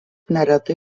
neretai